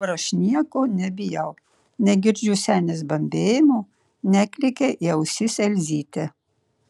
dabar aš nieko nebijau negirdžiu senės bambėjimų neklykia į ausis elzytė